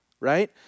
right